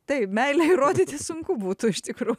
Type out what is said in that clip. tai meilę įrodyti sunku būtų iš tikrųjų